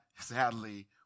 sadly